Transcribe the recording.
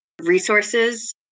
resources